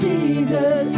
Jesus